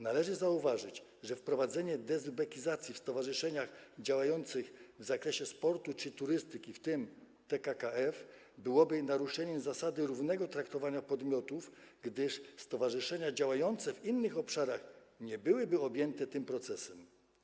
Należy zauważyć, że wprowadzenie dezubekizacji w stowarzyszeniach działających w zakresie sportu czy turystyki, w tym w TKKF, byłoby naruszeniem zasady równego traktowania podmiotów, gdyż stowarzyszenia działające w innych obszarach nie byłyby objęte tym procesem.